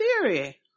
theory